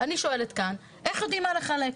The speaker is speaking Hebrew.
אני שואלת כאן, איך יודעים מה לחלק.